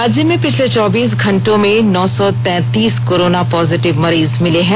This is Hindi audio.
राज्य में पिछले चौबीस घंटों में नौ सौ तैंतीस कोरोना पॉजिटिव मरीज मिले हैं